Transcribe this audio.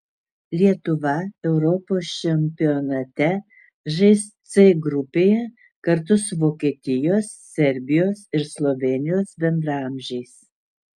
lietuva europos čempionate žais c grupėje kartu su vokietijos serbijos ir slovėnijos bendraamžiais